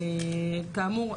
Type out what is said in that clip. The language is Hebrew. כאמור,